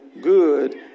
good